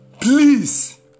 please